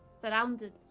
surrounded